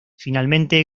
finalmente